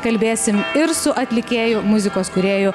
kalbėsim ir su atlikėju muzikos kūrėju